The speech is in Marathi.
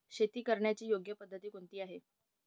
शेती करण्याची योग्य पद्धत कोणती आहे?